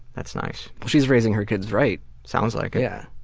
that's nice. but she's raising her kids right. sounds like yeah